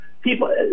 people